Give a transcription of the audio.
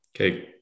Okay